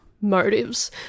motives